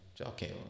okay